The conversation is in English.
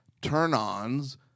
Turn-ons